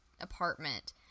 apartment